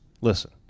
Listen